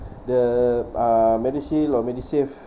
the uh medishield or medisave